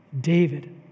David